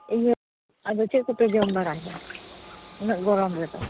ᱤᱭᱟᱹ ᱟᱫᱚ ᱪᱮᱫ ᱠᱚᱯᱮ ᱡᱚᱢ ᱵᱟᱲᱟᱭᱮᱫᱟ ᱩᱱᱟᱹᱜ ᱜᱚᱨᱚᱢ ᱨᱮᱫᱚ